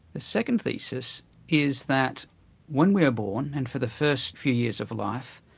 the second thesis is that when we are born and for the first few years of life,